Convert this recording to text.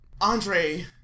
Andre